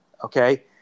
Okay